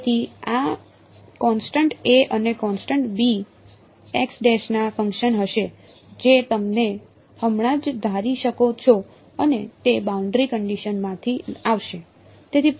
તેથી આ constant A અને B x ના ફંક્શન્સ હશે જે તમે હમણાં જ ધારી શકો છો અને તે બાઉન્ડરી કંડિશન માંથી આવશે